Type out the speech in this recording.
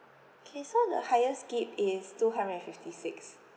okay so the highest gig is two hundred and fifty six